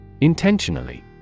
Intentionally